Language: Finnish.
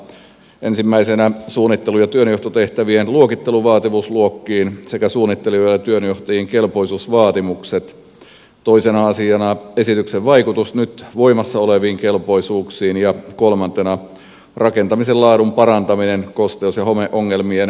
ensimmäisenä suunnittelu ja työnjohtotehtävien luokittelu vaativuusluokkiin sekä suunnittelijoiden ja työnjohtajien kelpoisuusvaatimukset toisena asiana esityksen vaikutus nyt voimassa oleviin kelpoisuuksiin ja kolmantena rakentamisen laadun parantaminen kosteus ja homeongelmien vähentämiseksi